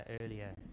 earlier